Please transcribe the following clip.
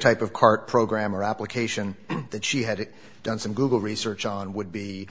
type of car program or application that she had done some google research on would be